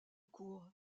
court